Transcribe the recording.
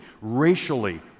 racially